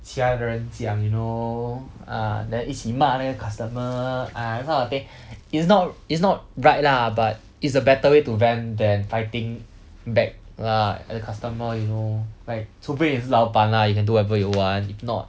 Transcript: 其他的人讲 you know uh then 一起骂那个 customer uh this kind of thing it's not it's not right lah but it's a better way to vent than fighting back lah at the customer you know like 除非你是老板 lah you can do whatever you want if not